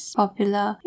popular